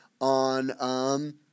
on –